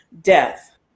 death